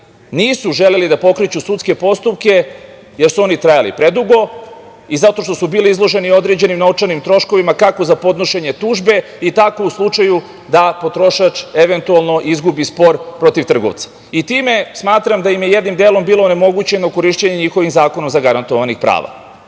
nisu želeli da pokreću sudske postupke, jer su oni trajali predugo i zato što su bili izloženi određenim novčanim troškovima, kako za podnošenje tužbe i tako u slučaju da potrošač eventualno izgubi spor protiv trgovca. Time smatram da im je jednim delom bilo onemogućeno korišćenje njihovih, zakonom zagarantovanih, prava.